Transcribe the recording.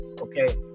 okay